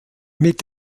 mit